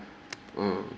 err